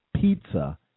pizza